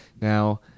Now